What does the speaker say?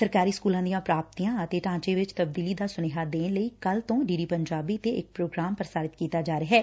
ਸਰਕਾਰੀ ਸਕੁਲਾਂ ਦੀਆਂ ਪ੍ਰਾਪਤੀਆਂ ਅਤੇ ਢਾਂਚੇ ਵਿਚ ਤਬਦੀਲੀ ਦਾ ਸੁਨੇਹਾ ਦੇਣ ਲਈ ਕੱਲ ਤੋਂ ਡੀ ਡੀ ਪੰਜਾਬੀ ਤੇ ਇਕ ਪ੍ਰੋਗਰਾਮ ਪ੍ਰਸਾਰਿਤ ਕੀਤਾ ਜਾ ਰਿਹੈ